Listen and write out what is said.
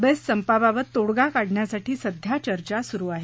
best संपाबाबत तोडगा काढण्यासाठी सध्या चर्चा सुरु आहे